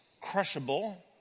crushable